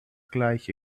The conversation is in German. gleiche